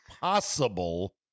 possible